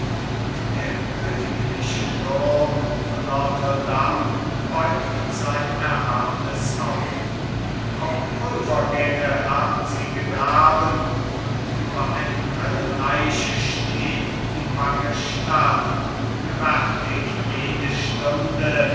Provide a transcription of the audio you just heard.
und der königliche turm von notre dame beugt sein erhabnes haupt auch pulvergänge haben sie gegraben und über einem höllenreiche steht die bange stadt gewärtig jede stunde